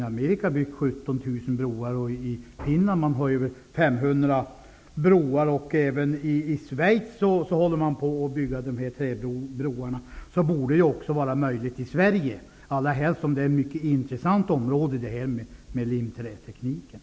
I Amerika har man byggt 17 000 träbroar, i Finland finns 500 broar och även i Schweiz håller man på med att bygga träbroar. Det borde således också vara möjligt i Sverige, inte minst eftersom limträtekniken är mycket intressant.